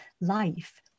life